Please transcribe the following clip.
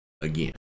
again